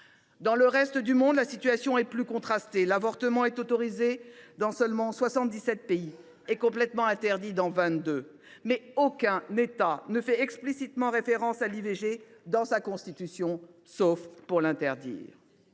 Dans le reste du monde, la situation est plus contrastée. L’avortement est autorisé dans seulement 77 pays et complètement interdit dans 22. Mais aucun État ne fait explicitement référence à l’IVG dans sa Constitution, sauf pour l’interdire.